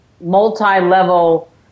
multi-level